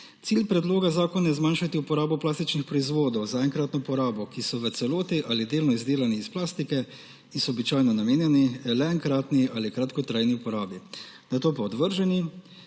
Cilj predloga zakona je zmanjšati uporabo plastičnih proizvodov za enkratno uporabo, ki so v celoti ali delno izdelani iz plastike in so običajno namenjeni le enkratni ali kratkotrajni uporabi, nato pa odvrženi,